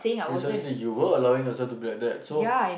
precisely you were allowing yourself to be like that so